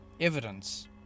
evidence